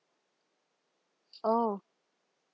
oh